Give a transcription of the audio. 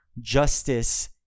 justice